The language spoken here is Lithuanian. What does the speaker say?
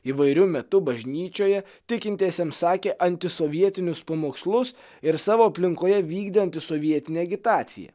įvairiu metu bažnyčioje tikintiesiems sakė antisovietinius pamokslus ir savo aplinkoje vykdė antisovietinę agitaciją